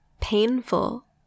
painful